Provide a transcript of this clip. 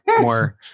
more